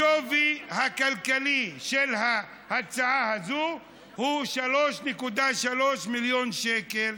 השווי הכלכלי של ההצעה הזאת הוא 3.3 מיליון שקל.